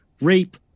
rape